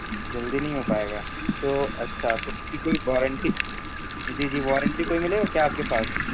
جلدی نہیں ہو پائے گا تو اچھا تو اس کی کوئی وارنٹی جی جی وارنٹی کوئی ملے گا کیا آپ کے پاس